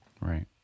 Right